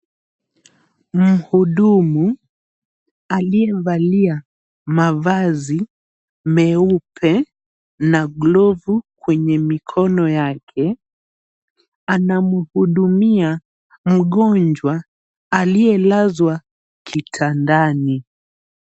Muhudumu aliyevalia mavazi meupe na glovu kwenye mikono yake anamhudumia mgonjwa aliyelazwa kitadani.